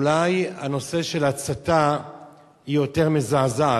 אולי הנושא של הצתה יותר מזעזע,